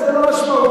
אתה טועה.